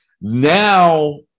Now